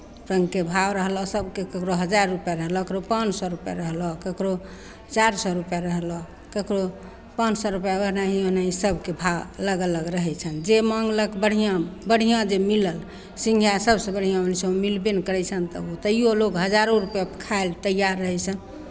रङ्गके भाव रहलै सभके ककरो हजार रुपैआ रहलहु ककरो पाँच सए रुपैआ रहलौ ककरो चारि सए रुपैआ रहलौ ककरो पाँच सए रुपैआ ओनाही ओनाही सभके भाव अलग अलग रहैत छनि जे माङ्गलक बढ़िआँ बढ़िआँ जे मिलत सिंगहै सभसँ बढ़िआँ होइ छै ओ मिलबे नहि करै छनि तऽ ओ तैओ लोक हजारोँ रुपैआके खाय लेल तैयार रहै छनि